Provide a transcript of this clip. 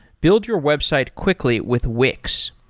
build your website quickly with wix.